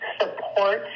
support